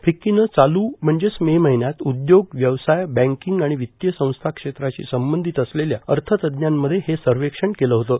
फिक्कीनं चालू म्हणजेच मे महिन्यात उदयोग व्यवसायए बँकींग आणि वितीय संस्था क्षेत्रांशी संबंधीत असलेल्या अर्थतज्ञांमध्ये हे सर्वेक्षण केलं होतं